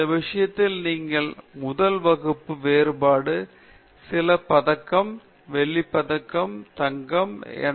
இந்த விஷயத்தில் நீங்கள் முதல் வகுப்பு வேறுபாடு சில தங்க பதக்கம் வெள்ளி பதக்கம் என்ன